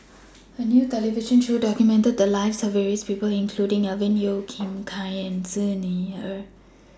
A New television Show documented The Lives of various People including Alvin Yeo Khirn Hai and Xi Ni Er